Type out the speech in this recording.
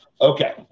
okay